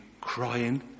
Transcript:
crying